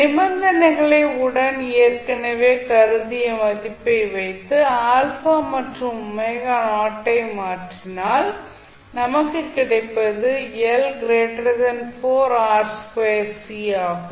நிபந்தனைகளை உடன் ஏற்கனவே கருதிய மதிப்பை வைத்து α மற்றும் ஐ மாற்றினால் நமக்கு கிடைப்பது ஆகும்